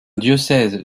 diocèse